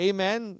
Amen